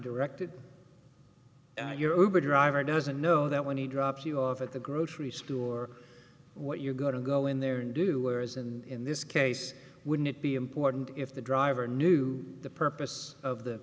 directed driver doesn't know that when he drops you off at the grocery store what you're going to go in there and do whereas in this case wouldn't it be important if the driver knew the purpose of the